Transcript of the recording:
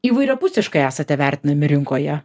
įvairiapusiškai esate vertinami rinkoje